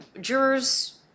Jurors